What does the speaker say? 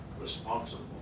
responsible